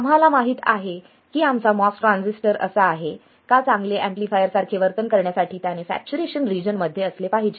आम्हाला माहित आहे की आमचा MOS ट्रांझिस्टर असा आहे का चांगले एम्पलीफायर सारखे वर्तन करण्यासाठी त्याने सॅच्युरेशन रिजन मध्ये असले पाहिजे